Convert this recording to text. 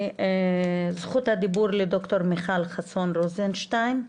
זכות הדיבור לד"ר מיכל חסון רוזנשטיין,